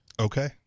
okay